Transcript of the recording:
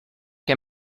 que